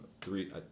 three